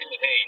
Hey